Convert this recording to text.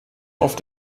auf